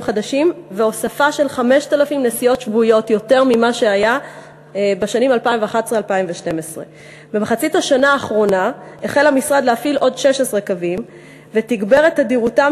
חדשים והוספה של 5,000 נסיעות שבועיות על מה שהיה בשנים 2011 2012. במחצית השנה האחרונה החל המשרד להפעיל עוד 16 קווים ותגבר את תדירותם